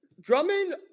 Drummond